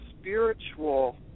spiritual